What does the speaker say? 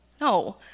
No